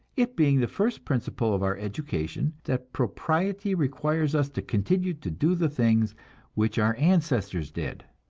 it being the first principle of our education that propriety requires us to continue to do the things which our ancestors did.